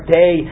day